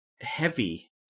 heavy